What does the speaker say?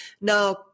now